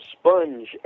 sponge